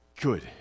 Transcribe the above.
Good